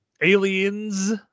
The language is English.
aliens